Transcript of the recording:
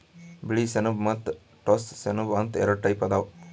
ಬಿಳಿ ಸೆಣಬ ಮತ್ತ್ ಟೋಸ್ಸ ಸೆಣಬ ಅಂತ್ ಎರಡ ಟೈಪ್ ಅದಾವ್